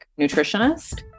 nutritionist